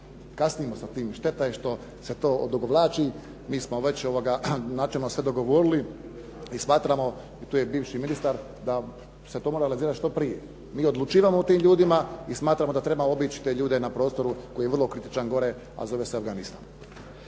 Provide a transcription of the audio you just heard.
kasnimo sa tim, šteta je što se to odugovlači. Mi smo već načelno sve dogovorili i smatramo, i tu je bivši ministar, da se to mora analizirati što prije. Mi odlučujemo o tim ljudima i smatramo da treba obići te ljude na prostoru koji je vrlo kritičan gore, a zove se Afganistan.